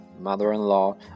mother-in-law